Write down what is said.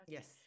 Yes